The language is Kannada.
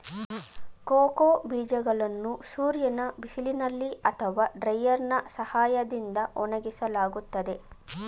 ಕೋಕೋ ಬೀಜಗಳನ್ನು ಸೂರ್ಯನ ಬಿಸಿಲಿನಲ್ಲಿ ಅಥವಾ ಡ್ರೈಯರ್ನಾ ಸಹಾಯದಿಂದ ಒಣಗಿಸಲಾಗುತ್ತದೆ